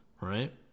right